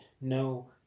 No